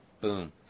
boom